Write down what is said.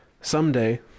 Someday